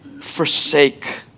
forsake